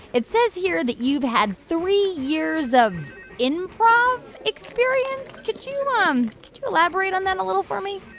it says here that you've had three years of improv experience. could you um elaborate on that a little for me?